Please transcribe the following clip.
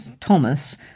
Thomas